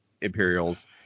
Imperials